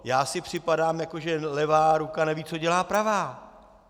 Já si připadám, že levá ruka neví, co dělá pravá.